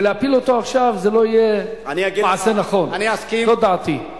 ולהפיל אותו עכשיו זה לא יהיה מעשה נכון, זו דעתי.